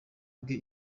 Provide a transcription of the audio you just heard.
bwe